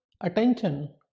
attention